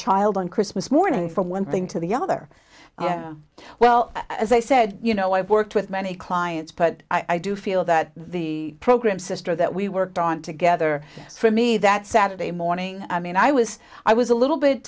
child on christmas morning from one thing to the other well they said you know i've worked with many clients but i do feel that the program sister that we worked on together for me that saturday morning i mean i was i was a little bit